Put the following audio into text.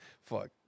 Fuck